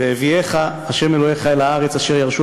והביאך ה' אלהיך אל הארץ אשר ירשו